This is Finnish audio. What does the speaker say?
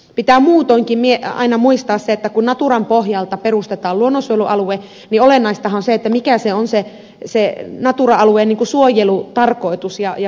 pitää muutoinkin aina muistaa se että kun naturan pohjalta perustetaan luonnonsuojelualue niin olennaistahan on se mikä on se natura alueen suojelutarkoitus ja perustamisperuste